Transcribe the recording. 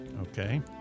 okay